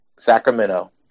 Sacramento